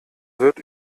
wird